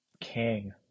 King